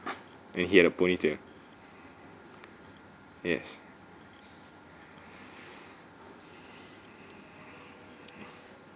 and he had a ponytail yes